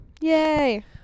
Yay